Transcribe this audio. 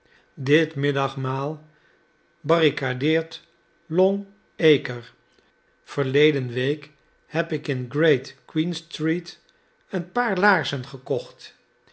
dit middagmaal barricadeert long-acre verleden week heb ik in great que en street een paar laarzen gekocht